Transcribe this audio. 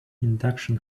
induction